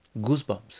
Goosebumps